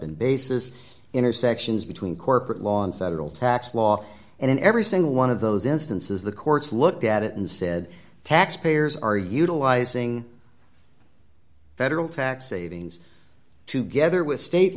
and basis intersections between corporate law on federal tax law and in every single one of those instances the courts looked at it and said taxpayers are utilizing federal tax savings to gether with state